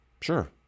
sure